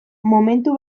momentu